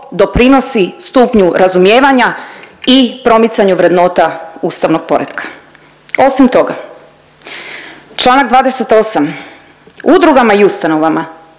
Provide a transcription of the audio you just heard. doprinosi stupnju razumijevanja i promicanju vrednota ustavnog poretka. Osim toga čl. 28 udrugama i ustanovama